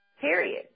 period